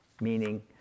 meaning